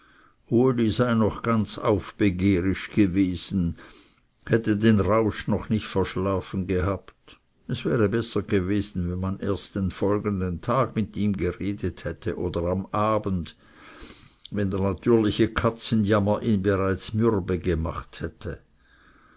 sei noch ganz aufbegehrisch gewesen hätte den rausch noch nicht verschlafen gehabt es wäre besser gewesen wenn man erst den folgenden tag mit ihm geredet hätte oder am abend wenn der natürliche katzenjammer ihn bereits mürbe gemacht hätte